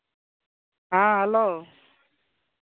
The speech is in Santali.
ᱦᱮᱸ ᱦᱮᱞᱳ